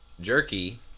jerky